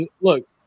Look